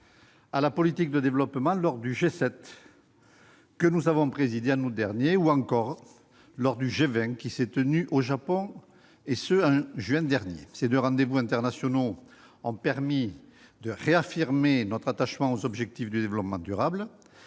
à la politique de développement lors du G7 qu'elle a présidé en août dernier, ou encore lors du G20 qui s'est tenu au Japon en juin dernier. Ces deux rendez-vous internationaux ont permis de réaffirmer notre attachement aux objectifs de développement durable